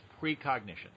precognition